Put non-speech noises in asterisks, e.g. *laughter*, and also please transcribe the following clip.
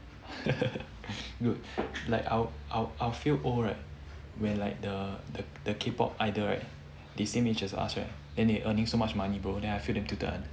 *laughs* dude I'll I'll I'll feel old right when like the the the K pop idol right they same age as us right then they earning so much money bro then I feel damn tilted one